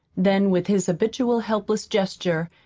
then, with his habitual helpless gesture,